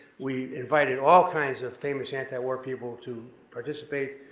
we invited all kinds of famous antiwar people to participate,